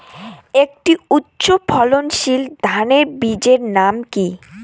একটি উচ্চ ফলনশীল ধানের বীজের নাম কী?